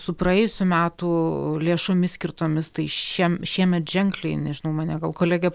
su praėjusių metų lėšomis skirtomis tai šiam šiemet ženkliai nežinau mane gal kolegė